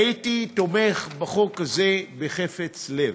הייתי תומך בחוק הזה בחפץ לב.